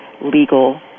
legal